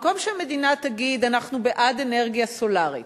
במקום שהמדינה תגיד: אנחנו בעד אנרגיה סולרית,